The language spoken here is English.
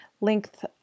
length